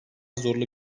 zorlu